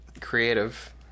creative